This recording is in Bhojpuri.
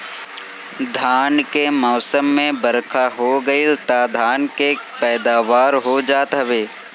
धान के मौसम में बरखा हो गईल तअ धान के पैदावार हो जात हवे